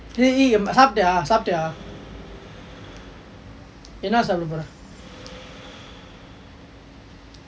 did you eat சாப்பிட்டியா சாப்பிட்டியா என்ன சாப்பிட போற:ni sappittiyaa sappittiyaa enna sappida pora